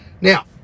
now